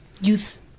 youth